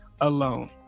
alone